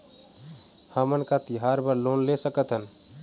हमन का तिहार बर लोन ले सकथन?